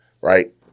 right